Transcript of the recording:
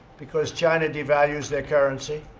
because china devalues their currency,